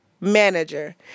manager